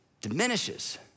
diminishes